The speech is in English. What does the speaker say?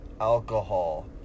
alcohol